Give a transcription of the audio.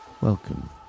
Welcome